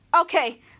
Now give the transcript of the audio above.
okay